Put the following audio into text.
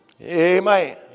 Amen